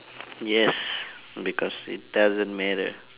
yes because it doesn't matter